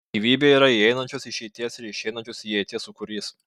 gyvybė yra įeinančios išeities ir išeinančios įeities sūkurys